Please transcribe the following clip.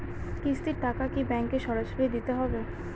কিস্তির টাকা কি ব্যাঙ্কে সরাসরি দিতে হবে?